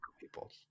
people